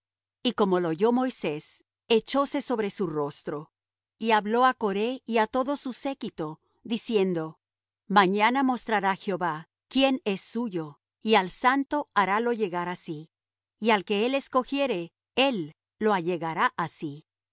y como lo oyó moisés echóse sobre su rostro y habló á coré y á todo su séquito diciendo mañana mostrará jehová quién es suyo y al santo harálo llegar á sí y al que él escogiere él lo allegará á sí